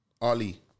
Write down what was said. Ali